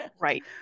Right